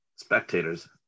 Spectators